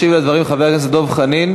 ישיב על הדברים חבר הכנסת דב חנין.